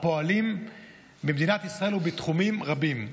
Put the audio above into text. הפועלים במדינת ישראל ובתחומים רבים.